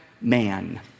man